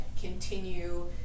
continue